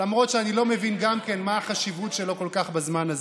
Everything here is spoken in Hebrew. למרות שאני לא מבין גם כן מה החשיבות שלו כל כך בזמן הזה.